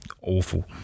awful